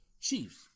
Chiefs